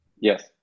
Yes